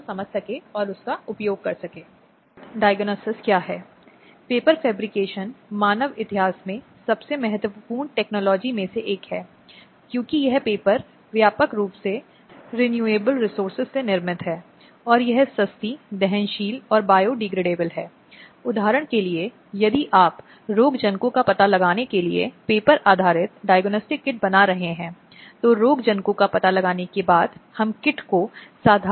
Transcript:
हो सकता है कि चिकित्सा बिलों सामानों के नुकसान आदि के संदर्भ में माँगें वह आवश्यक व्यय जो उसने किया है या यह हो सकता है यह एक महिला को उसके पति से रखरखाव का दावा करने के लिए भी देता है और पूरी प्रक्रिया में अन्य व्यय जो उसने उठाये हैं